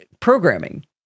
Programming